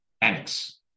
Annex